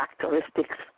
characteristics